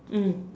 mm